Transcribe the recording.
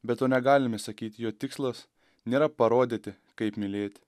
bet to negalime sakyti jo tikslas nėra parodyti kaip mylėti